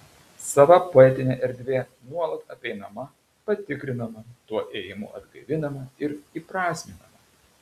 sava poetinė erdvė nuolat apeinama patikrinama tuo ėjimu atgaivinama ir įprasminama